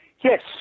yes